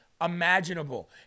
imaginable